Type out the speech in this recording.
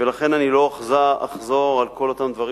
ולכן אני לא אחזור על כל אותם דברים